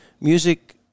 music